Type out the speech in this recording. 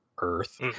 Earth